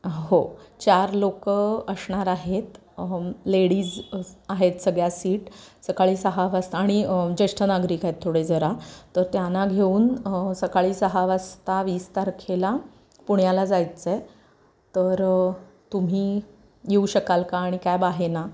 हो चार लोक असणार आहेत लेडीज आहेत सगळ्या सीट सकाळी सहा वाजता आणि ज्येष्ठ नागरिक आहेत थोडे जरा तर त्यांना घेऊन सकाळी सहा वाजता वीस तारखेला पुण्याला जायचं आहे तर तुम्ही येऊ शकाल का आणि कॅब आहे ना